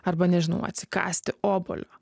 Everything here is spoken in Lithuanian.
arba nežinau atsikąsti obuolio